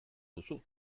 duzu